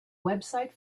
website